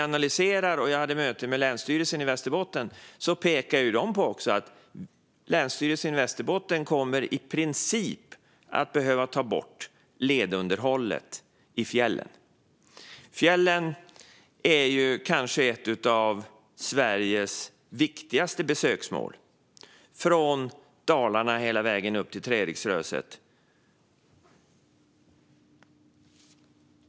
Jag hade möte med Länsstyrelsen i Västerbotten, och de pekar på att de i princip kommer att behöva ta bort ledunderhållet i fjällen. Fjällen, från Dalarna hela vägen upp till Treriksröset, är kanske ett av Sveriges viktigaste besöksmål.